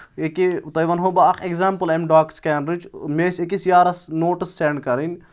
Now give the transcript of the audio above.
یکیاہ تۄہہِ وَنہو بہٕ اکھ اؠگزامپٕل اَمہِ ڈاک سکینرٕچ مےٚ ٲسۍ أکِس یارَس نوٹٕس سؠنٛڈ کَرٕنۍ